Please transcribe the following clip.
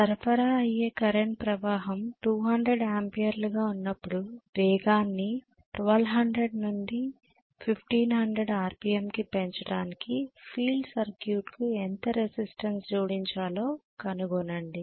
సరఫరా అయ్యే కరెంట్ ప్రవాహం 200 ఆంపియర్లుగా ఉన్నప్పుడు వేగాన్ని 1200 నుండి 1500 కి పెంచడానికి ఫీల్డ్ సర్క్యూట్కు ఎంత రెసిస్టన్స్ జోడించాలో కనుగొనండి